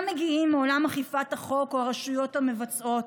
מגיעים מעולם אכיפת החוק או הרשויות המבצעות.